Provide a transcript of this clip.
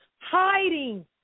hiding